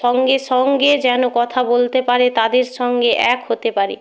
সঙ্গে সঙ্গে যেন কথা বলতে পারে তাদের সঙ্গে এক হতে পারে